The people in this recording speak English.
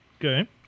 Okay